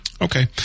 Okay